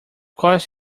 course